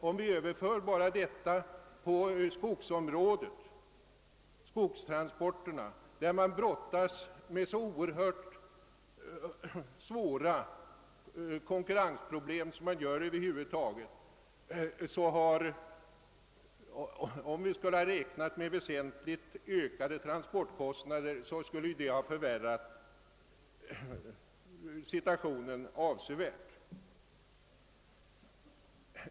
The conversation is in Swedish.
Om man på skogsområdet, där man brottås med så oerhört svåra konkurrensproblem, hade fått väsentligt ökade transportkostnader, så skulle detta ha förvärrat situationen avsevärt.